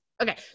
Okay